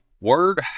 Word